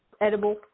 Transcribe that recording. edible